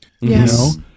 Yes